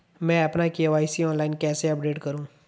मैं अपना KYC online कैसे अपडेट करूँ?